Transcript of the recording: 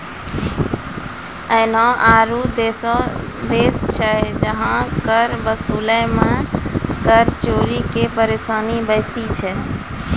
एहनो आरु देश छै जहां कर वसूलै मे कर चोरी के परेशानी बेसी छै